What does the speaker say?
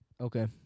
Okay